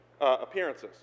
appearances